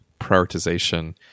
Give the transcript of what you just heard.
prioritization